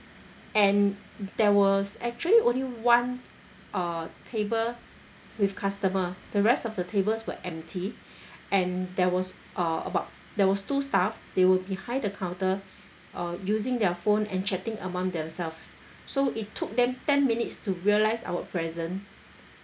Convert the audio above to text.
and there was actually only one uh table with customer the rest of the tables were empty and there was uh about there was two staff they were behind the counter uh using their phone and chatting among themselves so it took them ten minutes to realise our presence